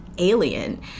alien